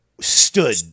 stood